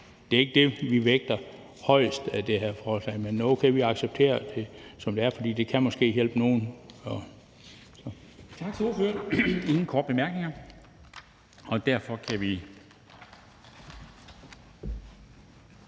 det er ikke det, vi vægter højest i det her forslag. Men okay, vi accepterer det, som det er, fordi det måske kan hjælpe nogle.